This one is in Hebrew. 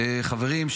חברים,